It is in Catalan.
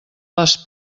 les